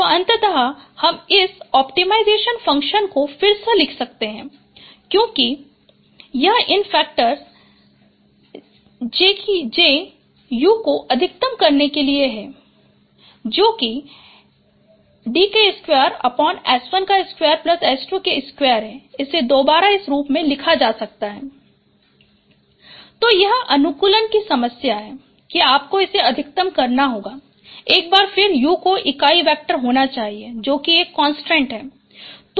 तो अंत में हम इस ओप्टिमाइजेसन फ़ंक्शन को फिर से लिख सकते हैं क्योंकि यह इन फैक्टर J को अधिकतम करने के लिए है जो D2S12 S22 है इसे दोबारा इस रूप में लिखा जा सकता है uTSBuuTSWu तो यह अनुकूलन की समस्या है कि आपको इसे अधिकतम करना होगा एक बार फिर u को इकाई वेक्टर होना चाहिए जो एक constraint है